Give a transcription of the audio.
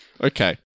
Okay